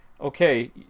okay